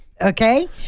okay